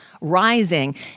Rising